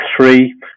three